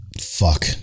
Fuck